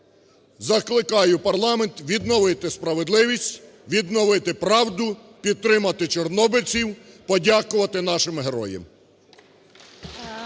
Закликаю парламент відновити справедливість, відновити правду, підтримати чорнобильців, подякувати нашим героям.